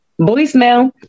voicemail